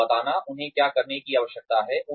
लोगों को बताना उन्हें क्या करने की आवश्यकता है